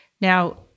Now